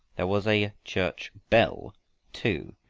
there was a church bell too,